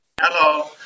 Hello